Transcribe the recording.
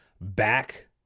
back